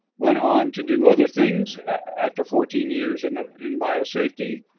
went on to do other things, after fourteen years and in biosafety.